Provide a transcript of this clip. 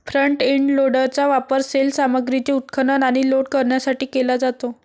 front end लोडरचा वापर सैल सामग्रीचे उत्खनन आणि लोड करण्यासाठी केला जातो